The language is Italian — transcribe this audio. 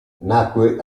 nacque